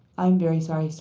i'm very sorry, sir,